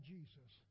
Jesus